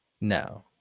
No